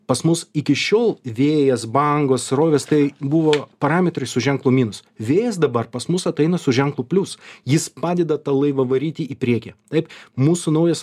pas mus iki šiol vėjas bangos srovės tai buvo parametrai su ženklu minus vėjas dabar pas mus ateina su ženklu plius jis padeda tą laivą varyti į priekį taip mūsų naujas